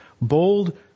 Bold